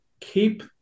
keep